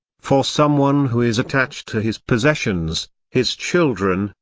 for someone who is attached to his possessions, his children,